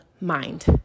mind